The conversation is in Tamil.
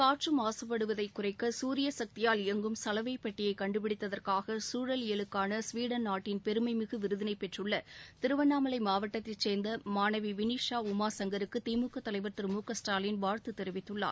காற்று மாசுபடுவதை குறைக்க சூரிய சக்தியால் இயங்கும் சலவைப் பெட்டியை கண்டுபிடித்ததற்காக சூழலியலுக்கான ஸ்வீடன் நாட்டின் பெருமை மிகு விருதினை பெற்றுள்ள திருவண்ணாமலை மாவட்டத்தைச் சேர்ந்த மாணவி விணிஷா உமாசங்கருக்கு திமுக தலைவர் திரு மு க ஸ்டாலின் வாழ்த்து தெரிவித்துள்ளார்